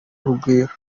urugwiro